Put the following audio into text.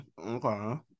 okay